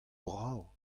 brav